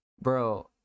Bro